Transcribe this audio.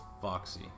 foxy